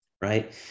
right